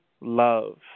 Love